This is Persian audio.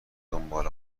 دنبال